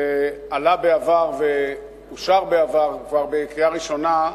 שעלה בעבר ואושר כבר בעבר בקריאה ראשונה,